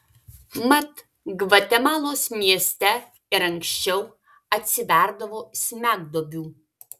mat gvatemalos mieste ir anksčiau atsiverdavo smegduobių